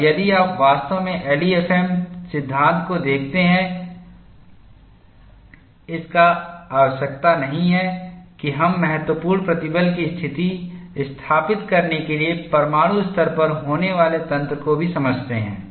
और यदि आप वास्तव में एलईएफएम सिद्धांत को देखते हैंइसकी आवश्यकता नहीं है कि हम महत्वपूर्ण प्रतिबल की स्थिति स्थापित करने के लिए परमाणु स्तर पर होने वाले तंत्र को भी समझते हैं